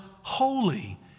holy